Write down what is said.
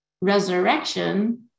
Resurrection